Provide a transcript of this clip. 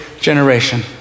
generation